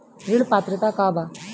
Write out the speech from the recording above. ऋण पात्रता का बा?